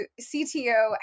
CTO